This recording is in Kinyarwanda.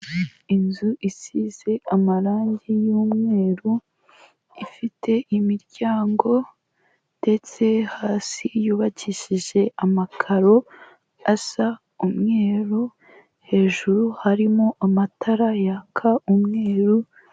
Inzu isize amarangi y'umweru, ifite imiryango ndetse hasi yubakishije amakaro asa umweru, hejuru harimo amatara yaka umweru.